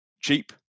cheap